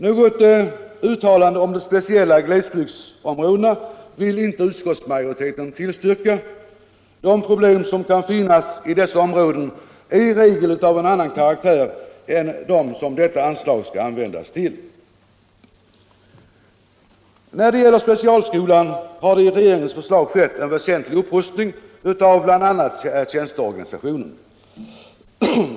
Något uttalande om de speciella glesbygdsområdena vill inte utskottsmajoriteten tillstyrka. De problem som kan finnas i dessa områden är i regel av annan kkaraktär än de som detta anslag skall användas till. När det gäller specialskolan har det i regeringens förslag skett en väsentlig upprustning utav bl.a. tjänsteorganisationen.